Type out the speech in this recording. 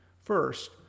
First